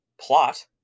plot